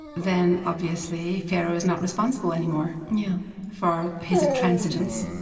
then, obviously, pharaoh's not responsible anymore yeah for his intransigence.